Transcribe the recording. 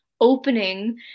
opening